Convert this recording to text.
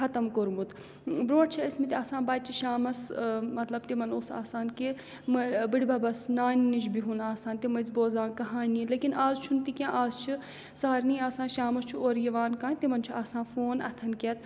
ختم کوٚرمُت برٛونٛٹھ چھِ ٲسۍمٕتۍ آسان بَچہِ شامَس مطلب تِمَن اوس آسان کہِ بٕڈبَبَس نانہِ نِش بِہُن آسان تِم ٲسۍ بوزان کَہانی لیکِن آز چھُنہٕ تہِ کیٚنٛہہ آز چھِ سارنٕے آسان شامَس چھُ اورٕ یِوان کانٛہہ تِمَن چھُ آسان فون اَتھَن کٮ۪تھ